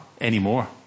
anymore